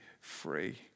free